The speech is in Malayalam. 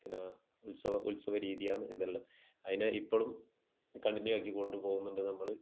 പിന്നെ ഉത്സവ ഉത്സവ രീതിയാന്ന് ഇതെല്ലാം അതിനെ ഇപ്പോഴും കണ്ടിന്യൂ ആക്കിക്കൊണ്ട് കൊണ്ട് പോകുന്നുണ്ട് നമ്മൾ